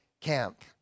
camp